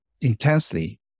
intensely